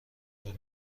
طول